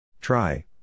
Try